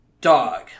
dog